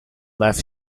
left